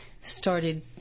started